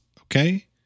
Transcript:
okay